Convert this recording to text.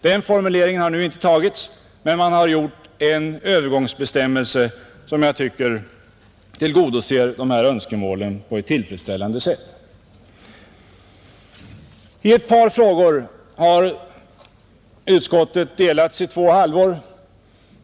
Den formuleringen har inte tagits med i utskottsförslaget, men man har gjort en övergångsbestämmelse som jag tycker tillgodoser dessa önskemål på ett tillfredsställande sätt. I ett par frågor har utskottet delats i två halvor.